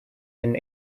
than